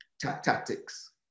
tactics